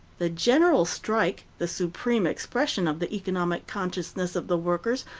the general strike, the supreme expression of the economic consciousness of the workers,